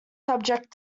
subject